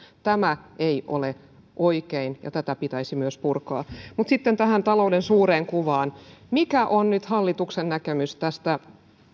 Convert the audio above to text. tämä ei ole oikein ja tätä pitäisi myös purkaa mutta sitten tähän talouden suureen kuvaan mikä on nyt hallituksen näkemys tästä